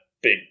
big